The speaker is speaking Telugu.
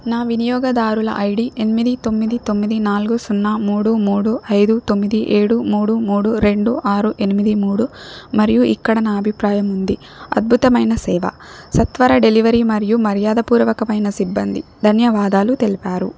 నా వినియోగదారుల ఐడి ఎనిమిది తొమ్మిది తొమ్మిది నాలుగు సున్నా మూడు మూడు ఐదు తొమ్మిది ఏడు మూడు మూడు రెండు ఆరు ఎనిమిది మూడు మరియు ఇక్కడ నా అభిప్రాయం ఉంది అద్భుతమైన సేవ సత్వర డెలివరీ మరియు మర్యాదపూర్వకమైన సిబ్బంది ధన్యవాదాలు తెలిపారు